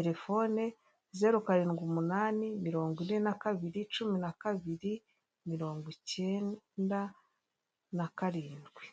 amabara y'umuhondo, umukara n'umweru, umukara n'umutuku wijimye, iyi mitemeri ikoreshwa nk'imitako mu nzu cyangwa muri saro cyangwa se ahandi hantu hatandukanye.